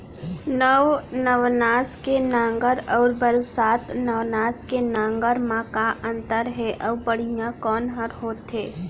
नौ नवनास के नांगर अऊ बरसात नवनास के नांगर मा का अन्तर हे अऊ बढ़िया कोन हर होथे?